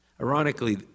Ironically